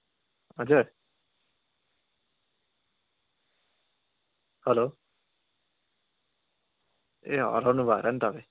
हजुर हेलो ए हराउनु भयो र नि तपाईँ